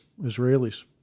Israelis